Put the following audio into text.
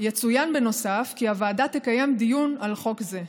יצוין בנוסף כי הוועדה תקיים דיון על חוק זה,